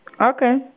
Okay